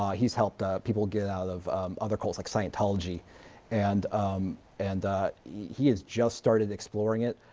um he's helped people get out of other cults like scientology and um and he has just started exploring it.